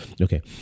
okay